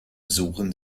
suchen